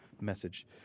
message